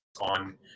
on